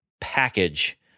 package